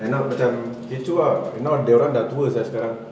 end up macam kecoh ah now dorang dah tua sia sekarang